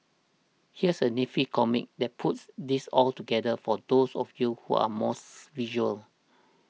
here's a nifty comic that puts this all together for those of you who are mores s visual